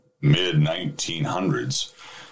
mid-1900s